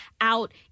out